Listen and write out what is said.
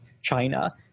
China